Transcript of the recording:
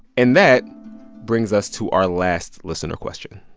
and that brings us to our last listener question